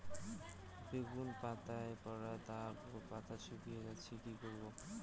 বেগুন পাতায় পড়া দাগ ও পাতা শুকিয়ে যাচ্ছে কি করব?